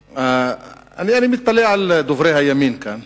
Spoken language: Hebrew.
אני מתפלא על דוברי הימין כאן,